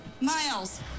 Miles